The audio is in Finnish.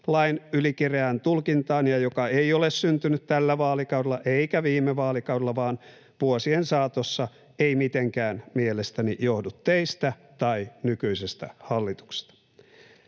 ylikireään tulkintaan ja joka ei ole syntynyt tällä vaalikaudella eikä viime vaalikaudella vaan vuosien saatossa, ei mitenkään mielestäni johdu teistä tai nykyisestä hallituksesta.